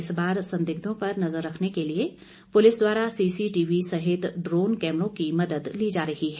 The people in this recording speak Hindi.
इस बार संदिग्धो पर नजर रखने के लिए पुलिस द्वारा सीसीटीवी सहित ड्रोन कैमरो की मदद ली जा रही है